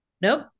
nope